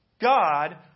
God